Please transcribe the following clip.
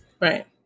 right